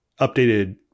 updated